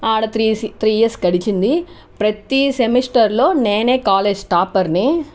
ఆడ three three years గడిచింది ప్రతీ సెమిస్టర్లో నేను కాలేజ్ టాపర్ని